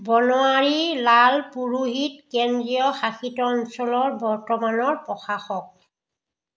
বনৱাৰীলাল পুৰোহিত কেন্দ্ৰীয় শাসিত অঞ্চলৰ বৰ্তমানৰ প্ৰশাসক